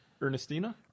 ernestina